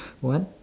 what